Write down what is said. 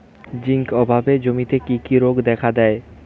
Zinc অভাবে জমিতে কি কি রোগ দেখাদেয়?